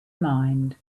mind